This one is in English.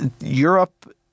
Europe